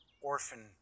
orphan